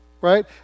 Right